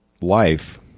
life